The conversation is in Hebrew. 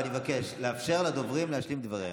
ואני מבקש לאפשר לדוברים להשלים את דבריהם.